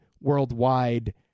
worldwide